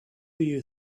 you